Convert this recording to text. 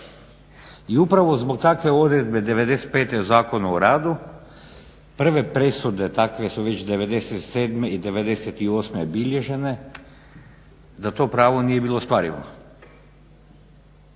I upravo zbog takve odredbe 95. Zakona o radu prve presude takve su već 97. i 98. bilježene, da to pravno nije bilo ostvarivo.